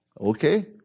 Okay